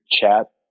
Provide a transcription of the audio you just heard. chat